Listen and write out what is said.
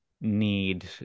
need